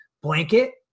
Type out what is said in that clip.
blanket